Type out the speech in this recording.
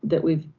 that we've,